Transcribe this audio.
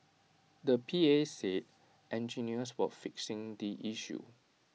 the P A said engineers were fixing the issue